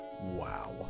Wow